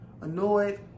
annoyed